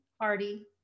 Hardy